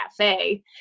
cafe